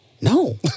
No